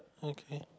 okay